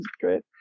great